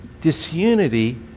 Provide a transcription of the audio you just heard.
disunity